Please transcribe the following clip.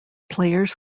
players